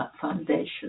foundation